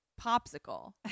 popsicle